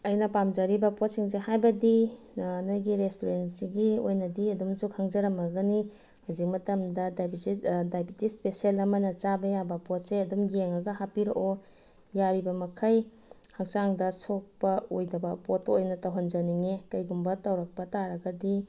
ꯑꯩꯅ ꯄꯥꯝꯖꯔꯤꯕ ꯄꯣꯠꯁꯤꯡꯁꯦ ꯍꯥꯏꯕꯗꯤ ꯅꯣꯏꯒꯤ ꯔꯦꯁꯇꯨꯔꯦꯟꯁꯤꯒꯤ ꯑꯣꯏꯅꯗꯤ ꯑꯗꯨꯝꯁꯨ ꯈꯪꯖꯔꯝꯃꯒꯅꯤ ꯍꯧꯖꯤꯛ ꯃꯇꯝꯗ ꯗꯥꯏꯕꯦꯇꯤꯁ ꯄꯦꯁꯦꯟ ꯑꯃꯅ ꯆꯥꯕ ꯌꯥꯕ ꯄꯣꯠꯁꯦ ꯑꯗꯨꯝ ꯌꯦꯡꯉꯒ ꯍꯥꯞꯄꯤꯔꯛꯑꯣ ꯌꯥꯔꯤꯕ ꯃꯈꯩ ꯍꯛꯆꯥꯡꯗ ꯁꯣꯛꯄ ꯑꯣꯏꯗꯕ ꯄꯣꯠꯇꯣ ꯑꯣꯏꯅ ꯇꯧꯍꯟꯖꯅꯤꯡꯏ ꯀꯩꯒꯨꯝꯕ ꯇꯧꯔꯛꯄ ꯇꯥꯔꯒꯗꯤ